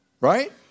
Right